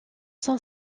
sont